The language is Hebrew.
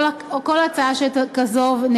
כל הצעה שכזאת,